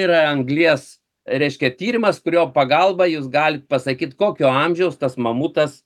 yra anglies reiškia tyrimas kurio pagalba jūs galit pasakyt kokio amžiaus tas mamutas